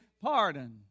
pardon